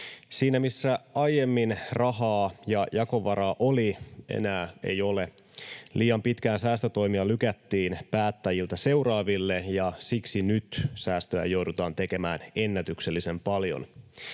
Siinä missä aiemmin rahaa ja jakovaraa oli, enää ei ole. Liian pitkään säästötoimia lykättiin päättäjiltä seuraaville, ja siksi nyt säästöjä joudutaan tekemään ennätyksellisen paljon.